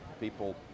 people